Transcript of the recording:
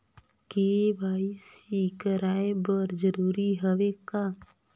KYC कराय बर जरूरी हवे का?